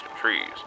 trees